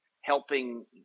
helping